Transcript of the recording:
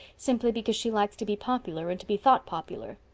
simply because she likes to be popular and to be thought popular.